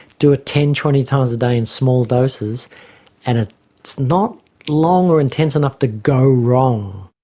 do it ten, twenty times a day in small doses and ah it's not long or intense enough to go wrong.